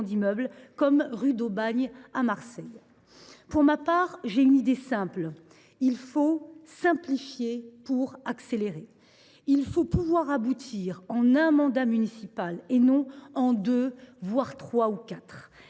d’immeubles, comme ceux de la rue d’Aubagne, à Marseille. Pour ma part, j’ai une idée simple : il faut simplifier pour accélérer. Il faut pouvoir aboutir en un mandat municipal et non en deux, trois voire quatre